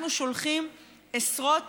אנחנו שולחים עשרות